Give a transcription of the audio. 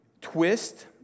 twist